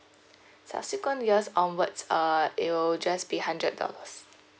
subsequent years onwards err it will just be hundred dollars